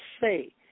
say